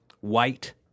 white